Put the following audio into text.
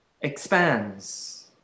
expands